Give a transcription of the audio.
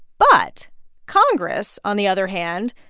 but congress, on the other hand,